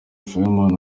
fireman